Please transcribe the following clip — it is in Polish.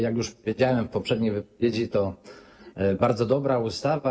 Jak już powiedziałem w poprzedniej wypowiedzi, to bardzo dobra ustawa.